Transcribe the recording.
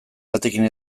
batekin